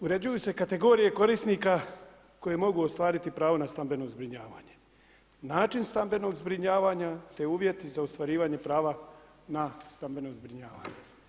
Uređuju se kategorije korisnika koje mogu ostvariti pravo na stambeno zbrinjavanje, način stambenog zbrinjavanja te uvjeti za ostvarivanje prava na stambeno zbrinjavanje.